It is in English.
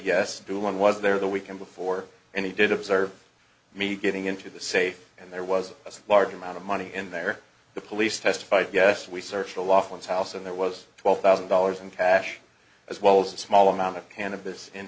yes do one was there the weekend before and he did observe me getting into the safe and there was a large amount of money in there the police testified yes we searched the lawfulness house and there was twelve thousand dollars in cash as well as a small amount of